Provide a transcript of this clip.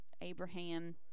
Abraham